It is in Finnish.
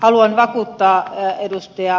haluan vakuuttaa ed